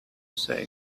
say